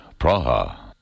Praha